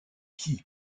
qui